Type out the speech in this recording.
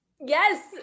Yes